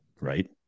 Right